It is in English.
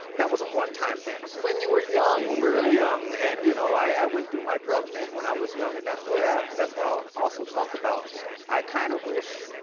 that was a one time thing. when you were young. when we were young, and you know, i went through my drug thing when i was young and that's yeah that's why i also talk about i kinda kind of wish,